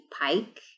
Pike